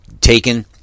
taken